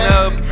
up